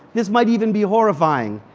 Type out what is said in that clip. this might even be horrifying.